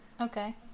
Okay